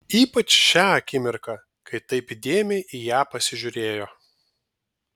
ypač šią akimirką kai taip įdėmiai į ją pasižiūrėjo